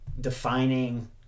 defining